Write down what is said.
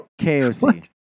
KOC